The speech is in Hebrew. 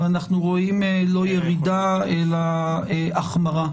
אנחנו רואים לא ירידה, אלא החמרה.